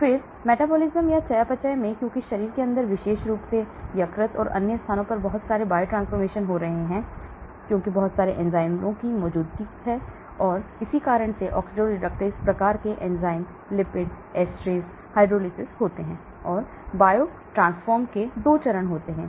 फिर चयापचय में क्योंकि शरीर के अंदर विशेष रूप से यकृत और अन्य स्थानों पर बहुत सारे बायोट्रांसफॉर्म हो रहे हैं क्योंकि बहुत सारे एंजाइमों की मौजूदगी के कारण ऑक्सीडाइरेक्टेस प्रकार के एंजाइम लिपिड एस्ट्रैसेस हाइड्रोलिसिस होते हैं और बायोट्रांसफॉर्म के 2 चरण होते हैं